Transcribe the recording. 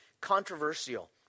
controversial